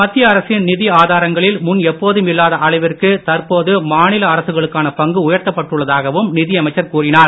மத்திய அரசின் நிதி ஆதாரங்களில் முன் எப்போதும் இல்லாத அளவிற்கு தற்போது மாநில அரசுகளுக்கான பங்கு உயர்த்தப்பட்டுள்ளதாகவும் நிதியமைச்சர் கூறினார்